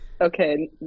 Okay